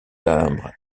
timbres